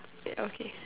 ya okay